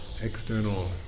external